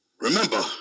Remember